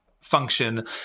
function